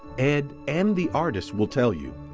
ed and the artists will tell you.